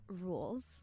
rules